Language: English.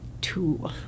Two